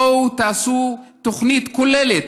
בואו תעשו תוכנית כוללת,